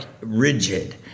rigid